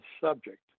subject